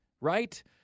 right